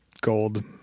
gold